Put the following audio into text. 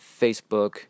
Facebook